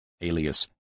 alias